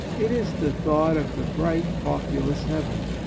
it is the thought of the bright populous heaven.